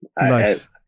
Nice